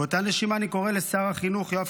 באותה נשימה אני קורא לשר החינוך יואב